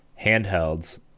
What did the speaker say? handhelds